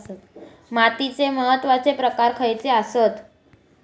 मातीचे महत्वाचे प्रकार खयचे आसत?